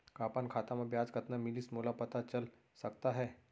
का अपन खाता म ब्याज कतना मिलिस मोला पता चल सकता है?